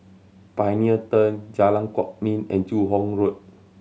Pioneer Turn Jalan Kwok Min and Joo Hong Road